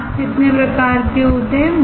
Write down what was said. mask कितने प्रकार के होते हैं